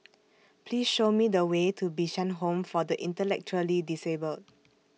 Please Show Me The Way to Bishan Home For The Intellectually Disabled